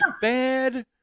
bad